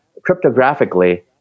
cryptographically